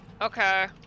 Okay